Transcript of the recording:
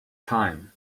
time